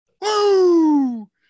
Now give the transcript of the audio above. Woo